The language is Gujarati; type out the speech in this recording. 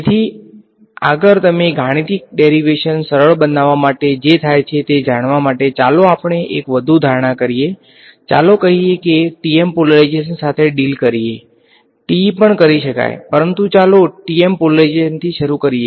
તેથી આગળ તમે ગાણિતિક ડેરીવેશન સરળ બનાવવા માટે જે થાય છે તે જાણવા માટે ચાલો આપણે એક વધુ ધારણા કરીએ ચાલો કહીએ કે ચાલો TM પોલરાઇઝેશન સાથે ડિલ કરીએ TE પણ કરી શકાય છે પરંતુ ચાલો TM પોલરાઇઝેશનથી શરૂઆત કરીએ